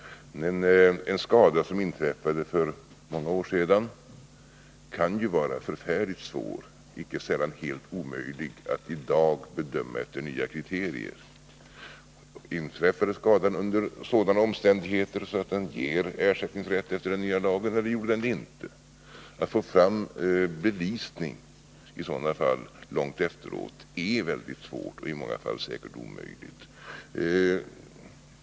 En skada som inträffade för många år sedan kan ju vara förfärligt svår, icke sällan helt omöjlig, att i dag bedöma efter nya kriterier. Inträffade skadan under sådana omständigheter att den ger ersättningsrätt enligt den nya lagen, eller gjorde den det inte? Att få fram bevisning långt efteråt är mycket svårt och i många fall säkert omöjligt.